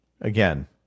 Again